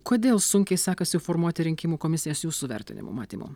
kodėl sunkiai sekasi formuoti rinkimų komisijas jūsų vertinimu matymu